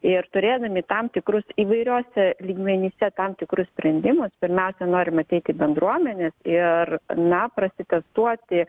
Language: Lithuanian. ir turėdami tam tikrus įvairiuose lygmenyse tam tikrus sprendimus pirmiausia norim ateit į bendruomenes ir na prasitestuoti